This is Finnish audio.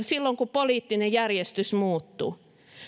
silloin kun poliittinen järjestys muuttuu